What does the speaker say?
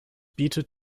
bietet